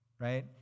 right